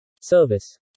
Service